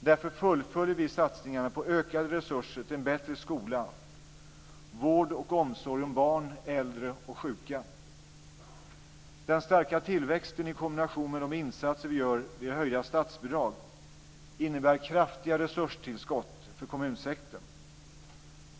Därför fullföljer vi satsningarna på ökade resurser till en bättre skola, vård och omsorg om barn, äldre och sjuka. Den starka tillväxten i kombination med de insatser vi gör via höjda statsbidrag innebär kraftiga resurstillskott för kommunsektorn.